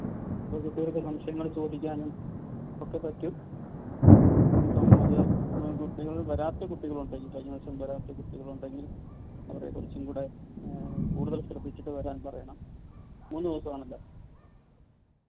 അപ്പോൾ കുട്ടികൾക്ക് സംശയങ്ങൾ ചോദിക്കാനും ഒക്കെപ്പറ്റും അപ്പം അത് കുട്ടികൾ വരാത്ത കുട്ടികളുണ്ടെങ്കിൽ കഴിഞ്ഞ പ്രാവശ്യം വരാത്ത കുട്ടികളുണ്ടെങ്കിൽ അവരേക്കുറച്ചും കൂടി കൂടുതൽ ശ്രദ്ധിച്ചിട്ടു വരാൻ പറയണം മൂന്നു ദിവസമാണല്ലോ